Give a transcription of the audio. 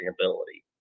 ability